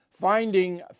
Finding